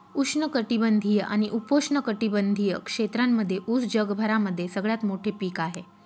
उष्ण कटिबंधीय आणि उपोष्ण कटिबंधीय क्षेत्रांमध्ये उस जगभरामध्ये सगळ्यात मोठे पीक आहे